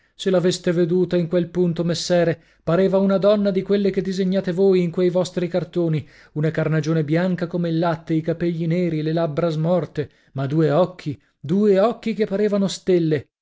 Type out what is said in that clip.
se l'aveste veduta in quel punto messere pareva una madonna di quelle che disegnate voi in quei vostri cartoni una carnagione bianca come il latte i capegli neri le labbra smorte ma due occhi due occhi che parevano stelle